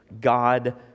God